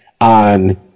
on